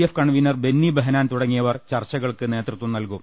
F convener Benny Behanan തുടങ്ങിയവർ ചർച്ചകൾക്ക് നേതൃത്വം നൽകും